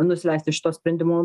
nusileisti šito sprendimo